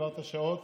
העברת שעות